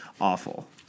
awful